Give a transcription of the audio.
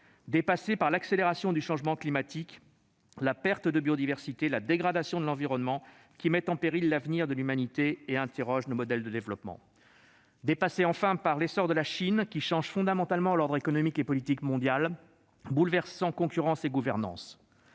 dépassés par l'accélération du changement climatique, la perte de biodiversité, la dégradation de l'environnement, qui mettent en péril l'avenir de l'humanité et interrogent nos modèles de développement. Enfin, ces accords sont dépassés par l'essor de la Chine, lequel change fondamentalement l'ordre économique et politique mondial, bouleversant concurrence et gouvernance.